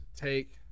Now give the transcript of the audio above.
take